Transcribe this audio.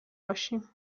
باشیم